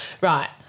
right